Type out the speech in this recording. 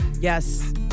Yes